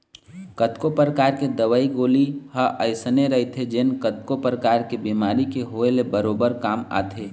कतको परकार के दवई गोली ह अइसे रहिथे जेन कतको परकार के बेमारी के होय ले बरोबर काम आथे